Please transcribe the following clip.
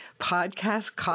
podcast